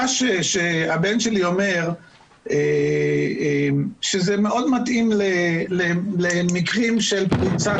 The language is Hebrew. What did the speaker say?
הבן שלי אומר שזה מאוד מתאים למקרים של פריצה